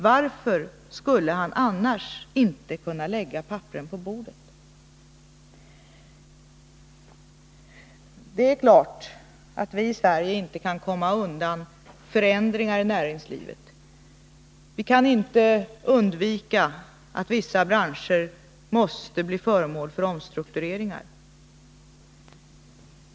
Varför skulle han annars inte kunna lägga papperen på bordet? Det är klart att vi i Sverige inte kan komma undan förändringar i näringslivet. Vi kan inte undvika att vissa branscher blir föremål för omstruktureringar.